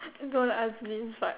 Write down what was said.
don't ask me this part